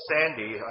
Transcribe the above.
Sandy